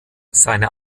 seine